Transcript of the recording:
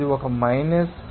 ఇది ఒక మైనస్ 0